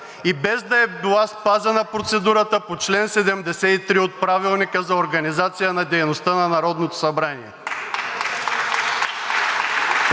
и без да е била спазена процедурата по чл. 73 от Правилника за организацията и дейността на Народното събрание